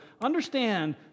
understand